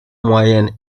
moyennes